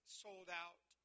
sold-out